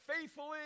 faithfully